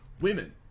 Women